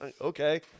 okay